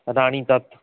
ਰਾਣੀ ਤੱਤ